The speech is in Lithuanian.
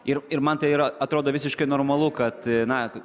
ir ir man tai yra atrodo visiškai normalu kad na